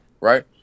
right